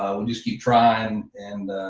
um we'll just keep trying, and